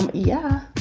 yeah